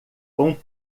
com